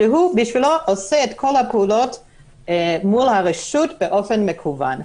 שהוא עושה בשבילו את כל הפעולות מול הרשות באופן מקוון.